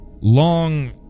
long